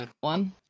one